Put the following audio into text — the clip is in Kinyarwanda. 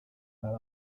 baba